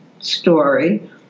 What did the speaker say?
story